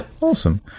Awesome